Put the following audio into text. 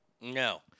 No